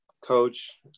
Coach